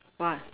!wah!